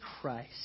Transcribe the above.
Christ